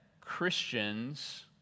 Christians